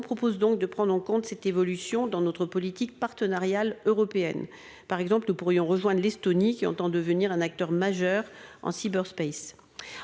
propose donc de prendre en compte cette évolution dans notre politique partenariale européenne par exemple nous pourrions rejoint l'Estonie, qui entend devenir un acteur majeur en cyber Space